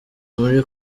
muri